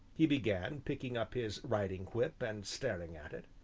he began, picking up his riding whip and staring at it,